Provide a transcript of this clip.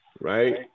Right